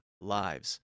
lives